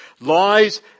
lies